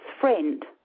friend